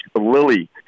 Lily